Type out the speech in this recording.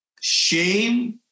shame